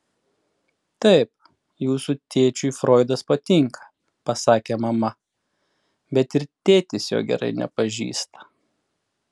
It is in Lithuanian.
taip jūsų tėčiui froidas patinka pasakė mama bet ir tėtis jo gerai nepažįsta